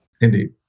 Indeed